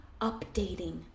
updating